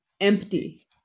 empty